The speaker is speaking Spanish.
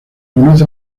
conoce